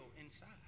inside